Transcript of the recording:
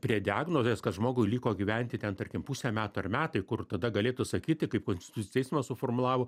prie diagnozės kad žmogui liko gyventi ten tarkim pusę metų ar metai kur tada galėtų sakyti taip konstitucinis teismas suformulavo